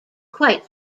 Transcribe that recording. quite